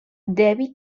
devi